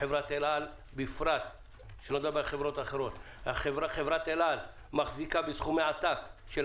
מראש לחברות תעופה ישראליות ולהעמידן במחיר סביר לטובת עובדי מדינה ואישי